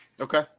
Okay